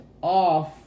off